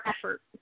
effort